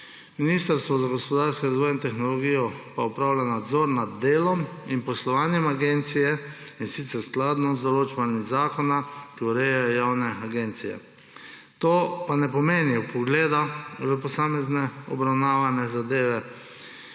Ministrstvo za gospodarski razvoj in tehnologijo pa opravlja nadzor nad delom in poslovanjem agencije, in sicer skladno z določbami zakona, ki urejajo javne agencije. To pa ne pomeni vpogleda v posamezne obravnavane zadeve.